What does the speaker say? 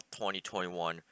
2021